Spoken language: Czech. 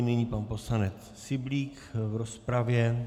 Nyní pan poslanec Syblík v rozpravě.